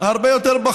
הרבה יותר זול.